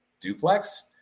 duplex